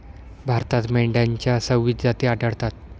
भारतात मेंढ्यांच्या सव्वीस जाती आढळतात